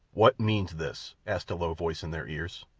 what means this? asked a low voice in their ears.